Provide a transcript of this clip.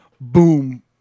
Boom